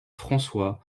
françois